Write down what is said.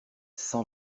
cent